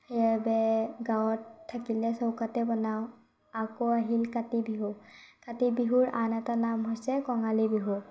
সেইবাৱে গাঁৱত থাকিলে চৌকাতে বনাওঁ আকৌ আহিল কাতি বিহু কাতি বিহুৰ আন এটা নাম হৈছে কঙালী বিহু